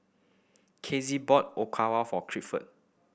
Kizzy bought Okawa for Clifford